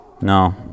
no